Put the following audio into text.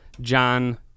john